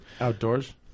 Outdoors